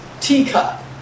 teacup